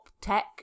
tech